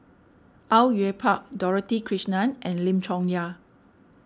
Au Yue Pak Dorothy Krishnan and Lim Chong Yah